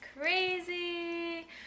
crazy